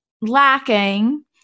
lacking